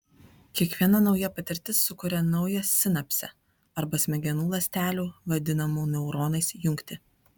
kiekviena nauja patirtis sukuria naują sinapsę arba smegenų ląstelių vadinamų neuronais jungtį